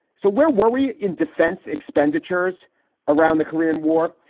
so where were we in defense expenditures around the korean war?